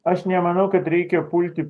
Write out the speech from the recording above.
aš nemanau kad reikia pulti